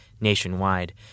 nationwide